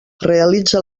realitza